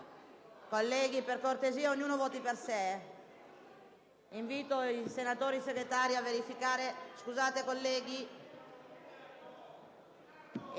Colleghi, per cortesia, ognuno voti per sé: